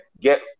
get